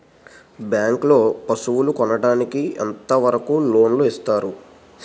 Bank లో పశువుల కొనడానికి ఎంత వరకు లోన్ లు ఇస్తారు?